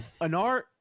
Anar